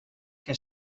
que